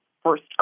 First